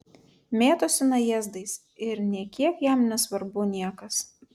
mėtosi najėzdais ir nė kiek jam nesvarbu niekas